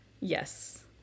Yes